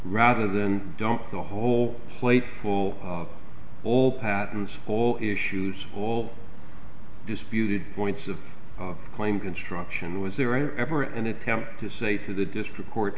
rather than don't the whole place full of all patents all issues all disputed points of claim construction was there ever an attempt to say to the district court